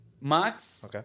Max